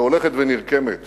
שהולכת ונרקמת